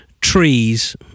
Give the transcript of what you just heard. trees